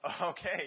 okay